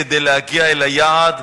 כדי להגיע אל היעד,